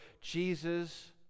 jesus